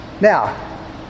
Now